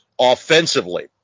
Offensively